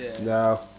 no